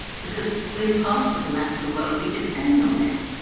because we're part of the natural world. we depend on it.